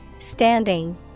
standing